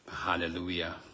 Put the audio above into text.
hallelujah